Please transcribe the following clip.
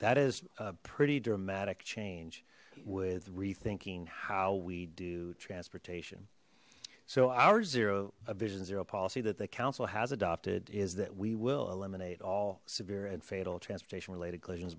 that is a pretty dramatic change with rethinking how we do transportation so our zero a vision zero policy that the council has adopted is that we will eliminate all severe and fatal transportation related